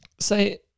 Say